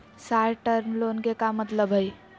Short term loan के का मतलब हई?